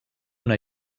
una